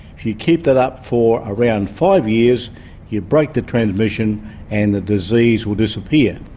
you keep that up for around five years you break the transmission and the disease will disappear.